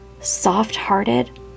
soft-hearted